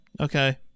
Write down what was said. Okay